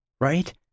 Right